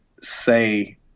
say